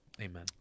amen